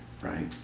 right